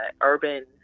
urban